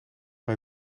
mij